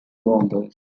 bombers